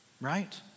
right